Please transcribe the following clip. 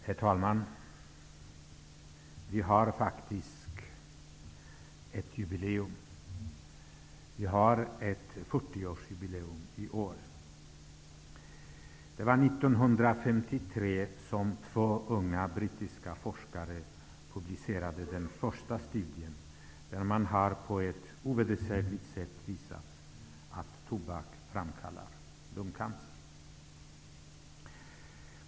Herr talman! I år firas faktiskt ett fyrtioårsjubileum. Det var 1953 som två unga brittiska forskare publicerade den första studien, där man på ett ovedersägligt sätt visade att tobak framkallar lungcancer.